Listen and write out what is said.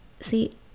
See